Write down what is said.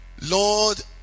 lord